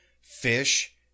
fish